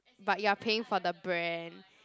but you are paying for the brand